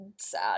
sad